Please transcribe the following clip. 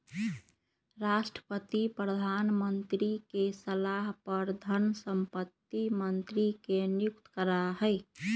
राष्ट्रपति प्रधानमंत्री के सलाह पर धन संपत्ति मंत्री के नियुक्त करा हई